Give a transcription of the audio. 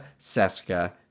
Seska